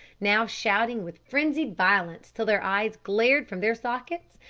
now shouting with frenzied violence till their eyes glared from their sockets,